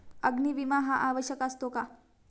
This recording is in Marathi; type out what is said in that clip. अग्नी विमा हा आवश्यक असतो का?